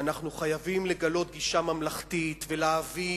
ואנחנו חייבים לגלות גישה ממלכתית ולהבין